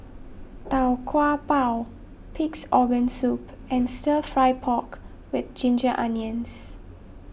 Tau Kwa Pau Pig's Organ Soup and Stir Fry Pork with Ginger Onions